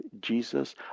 Jesus